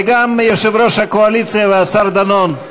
וגם יושב-ראש הקואליציה והשר דנון.